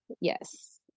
yes